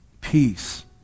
peace